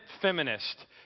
feminist